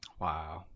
Wow